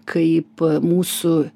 kaip mūsų